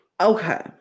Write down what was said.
okay